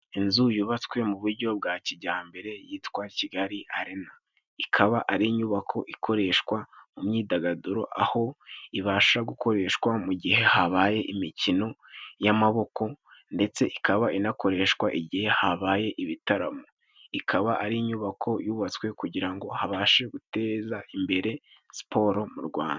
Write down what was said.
Inzu yubatswe mu buryo bwa kijyambere yitwa Kigali Arena, ikaba ari inyubako ikoreshwa mu myidagaduro, aho ibasha gukoreshwa mu gihe habaye imikino y'amaboko, ndetse ikaba inakoreshwa igihe habaye ibitaramo .Ikaba ari inyubako yubatswe kugira ngo babashe guteza imbere siporo mu Rwanda.